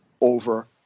over